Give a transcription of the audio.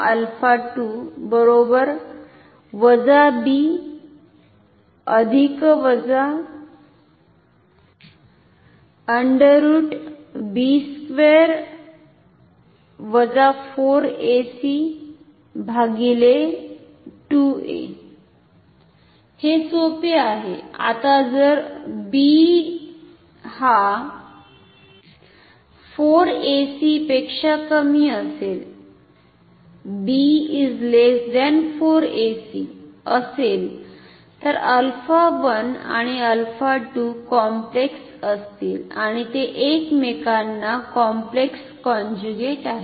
आता जर b 4ac असेल तर 𝛼1 आणि 𝛼2 कॉम्प्लेक्स असतील आणि ते एकमेकांना कॉम्प्लेक्स कॉन्जुगेट आहेत